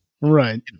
right